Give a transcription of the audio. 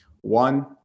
One